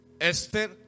Esther